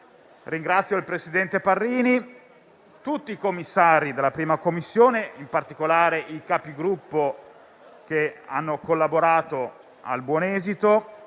Sileri, il presidente Parrini e tutti i membri della 1a Commissione e in particolare i Capigruppo, che hanno collaborato al buon esito